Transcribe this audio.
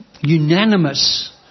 unanimous